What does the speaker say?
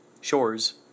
shores